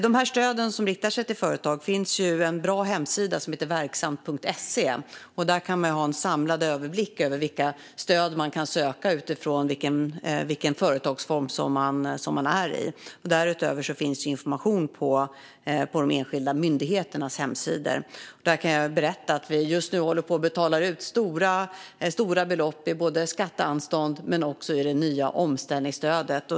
Det finns en bra hemsida för de stöd som riktar sig till företag, som heter verksamt.se. Där kan man ha en samlad överblick över vilka stöd man kan söka utifrån vilken företagsform som man är i. Därutöver finns information på de enskilda myndigheternas hemsidor. Där kan jag berätta att vi just nu håller på att betala ut stora belopp både i skatteanstånd och i det nya omställningsstödet.